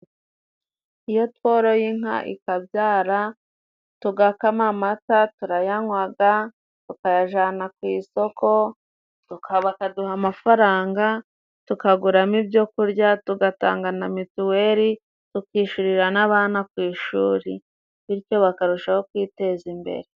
Iyo tworoye inka ikabyara tugakama amata turayanywaga, tukayajana ku isoko bakaduha amafaranga, tukaguramo ibyo kurya, tugatanga na mituweri, tukishurira n'abana ku ishuri, bityo bakarushaho kwiteza imbere.